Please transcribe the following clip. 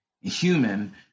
human